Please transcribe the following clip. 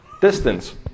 distance